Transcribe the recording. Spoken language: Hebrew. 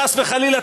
חס וחלילה,